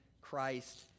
Christ